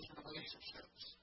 relationships